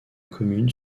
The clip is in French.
commune